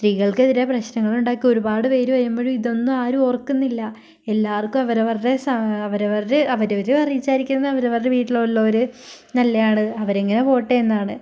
സ്ത്രീകൾക്കെതിരെ പ്രശ്നങ്ങൾ ഉണ്ടാക്കി ഒരുപാട് പേര് വരുമ്പോഴും ഇതൊന്നും ആരും ഓർക്കുന്നില്ല എല്ലാർക്കും അവരവരുടെ അവരവരുടെ അവരവര് വിചാരിക്കുന്നത് അവരവരുടെ വീട്ടിലുള്ളവര് നല്ലതാണ് അവരിങ്ങനെ പോകട്ടെ എന്നാണ്